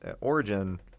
origin